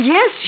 Yes